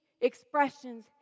expressions